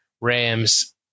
Rams